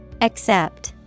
Accept